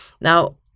Now